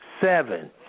seven